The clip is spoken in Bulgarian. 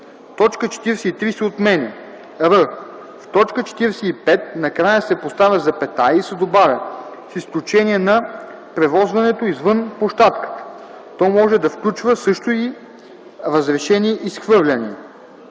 точка 43 се отменя; р) в т. 45 накрая се поставя запетая и се добавя „с изключение на превозването извън площадката. То може да включва също и разрешени изхвърляния”;